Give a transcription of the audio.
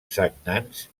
sagnants